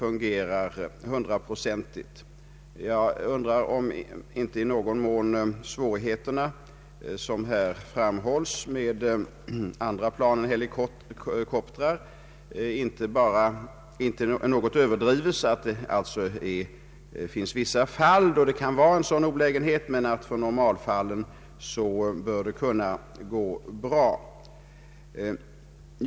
Jag undrar dock om inte svårigheterna med andra plan än helikoptrar i någon mån har överdrivits. Det finns vissa fall då det kan vara olägenheter med vanliga flygplan, men i normalfallen bör de fungera bra.